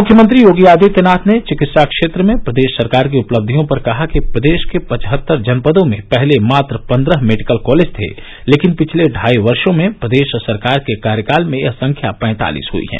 मुख्यमंत्री योगी आदित्यनाथ ने चिकित्सा क्षेत्र में प्रदेश सरकार की उपलब्धियों पर कहा कि प्रदेश के पचहत्तर जनपदों में पहले मात्र पंद्रह मेडिकल कालेज थे लेकिन पिछले ढाई वर्षो में प्रदेश सरकार के कार्यकाल में यह संख्या पैंतालीस पहुंच गई है